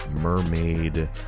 mermaid